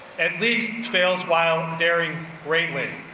at least and fails while daring greatly.